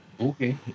okay